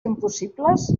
impossibles